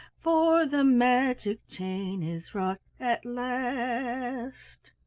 for the magic chain is wrought at last.